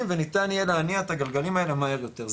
ויהיה ניתן להניע את הגלגלים האלה מהר יותר,